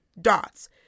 dots